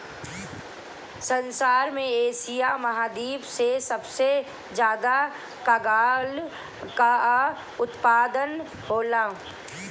संसार में एशिया महाद्वीप से सबसे ज्यादा कागल कअ उत्पादन होला